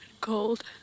Cold